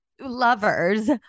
lovers